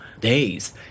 days